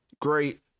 great